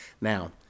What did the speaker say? Now